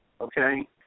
okay